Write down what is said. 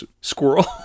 squirrel